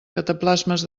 cataplasmes